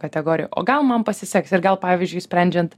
kategoriją o gal man pasiseks ir gal pavyzdžiui sprendžiant